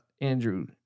Andrew